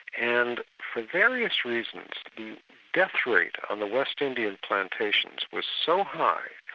and for various reasons the death rate on the west indian plantations was so high,